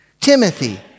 Timothy